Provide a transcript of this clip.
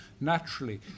naturally